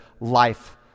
life